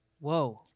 Whoa